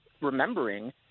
remembering –